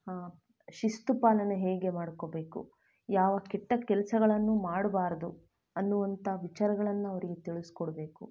ಶಿಸ್ತು ಪಾಲನೆ ಹೇಗೆ ಮಾಡ್ಕೋಬೇಕು ಯಾವ ಕೆಟ್ಟ ಕೆಲಸಗಳನ್ನೂ ಮಾಡಬಾರ್ದು ಅನ್ನುವಂಥ ವಿಚಾರಗಳನ್ನು ಅವ್ರಿಗೆ ತಿಳಿಸ್ಕೊಡ್ಬೇಕು